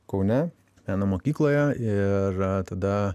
kaune meno mokykloje ir tada